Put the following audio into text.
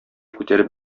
күтәреп